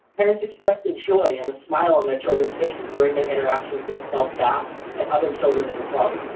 parents express the joy and the smile on their children's faces during this interactions with club staff and other children in the club,